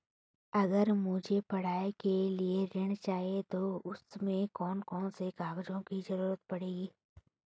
अगर मुझे पढ़ाई के लिए ऋण चाहिए तो उसमें कौन कौन से कागजों की जरूरत पड़ेगी?